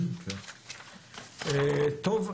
טוב.